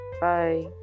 bye